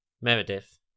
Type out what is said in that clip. Meredith